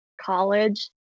college